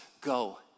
go